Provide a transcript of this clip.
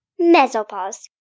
mesopause